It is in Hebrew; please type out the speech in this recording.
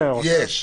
יש.